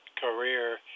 career